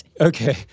okay